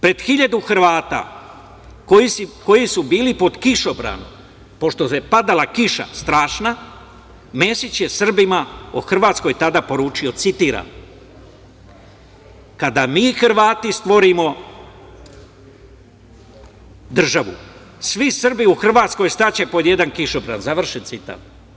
Pred 1.000 Hrvata, koji su bili pod kišobranom, pošto je padala kiša strašna, Mesić je Srbima o Hrvatskoj tada poručio, citiram – kada mi Hrvati stvorimo državu, svi Srbi u Hrvatskoj staće pod jedan kišobran, završen citat.